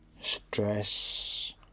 Stress